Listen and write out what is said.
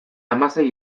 hamasei